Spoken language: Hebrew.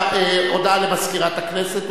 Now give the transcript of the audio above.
הודעה למזכירת הכנסת,